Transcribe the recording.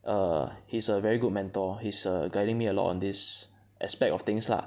err he's a very good mentor he's err guiding me a lot on this aspect of things lah